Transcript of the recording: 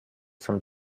from